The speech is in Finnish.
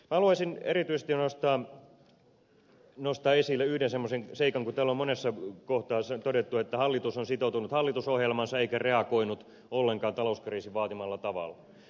haluaisin erityisesti nostaa esille yhden semmoisen seikan kun täällä on monessa kohtaa todettu että hallitus on sitoutunut hallitusohjelmaansa eikä reagoinut ollenkaan talouskriisin vaatimalla tavalla